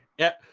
yep.